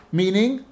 meaning